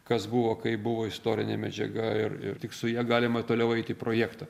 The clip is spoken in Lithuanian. kas buvo kaip buvo istorinė medžiaga ir ir tik su ja galima toliau eiti į projektą